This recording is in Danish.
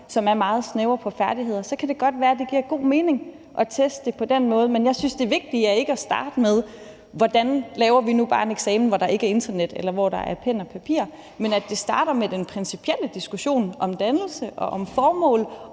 nogle meget snævre færdigheder, så kan det godt være, at det giver god mening at teste det på den måde, men jeg synes ikke, det vigtige er at starte med at se på, hvordan vi nu bare laver en eksamen, hvor man ikke må bruge internet, eller hvor man bruger pen og papir, men at vi starter med den principielle diskussion om dannelse og formål,